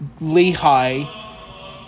Lehi